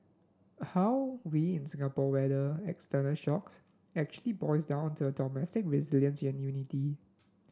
how we in Singapore weather external shocks actually boils down to our domestic resilience and unity